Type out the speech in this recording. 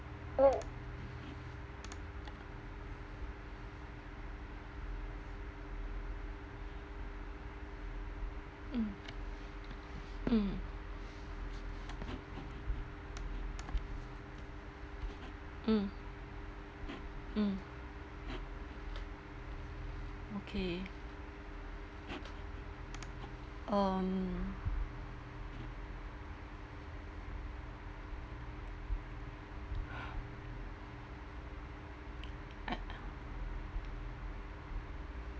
mm mm mm mm okay um I uh